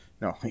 no